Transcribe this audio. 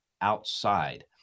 outside